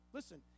Listen